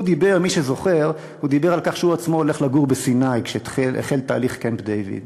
הוא דיבר, מי שזוכר, כשהחל תהליך קמפ-דייוויד